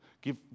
give